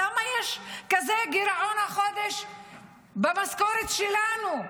למה יש כזה גירעון החודש במשכורת שלנו?